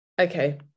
Okay